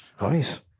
Nice